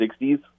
60s